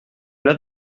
cela